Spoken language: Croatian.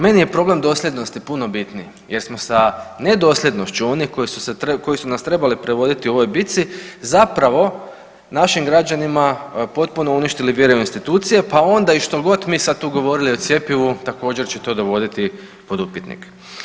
Meni je problem dosljednosti puno bitniji jer smo sa nedosljednošću onih koji su nas trebali predvoditi u ovoj bitci zapravo našim građanima potpuno uništili vjeru u institucije, pa onda i što god mi sad tu govorili o cjepivu također će to dovoditi pod upitnik.